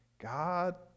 God